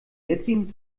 jetzigen